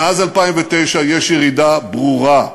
מאז 2009 יש ירידה ברורה,